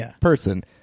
person